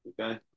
okay